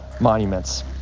monuments